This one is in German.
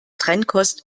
trennkost